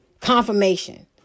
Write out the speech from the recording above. confirmation